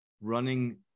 running